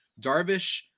Darvish